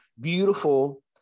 beautiful